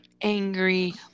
angry